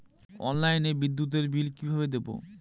অনলাইনে বিদ্যুতের বিল কিভাবে দেব?